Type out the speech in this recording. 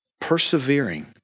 persevering